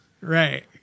Right